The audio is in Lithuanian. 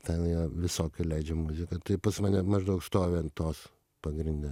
ten jie visokią leidžia muziką tai pas mane maždaug stovi ant tos pagrinde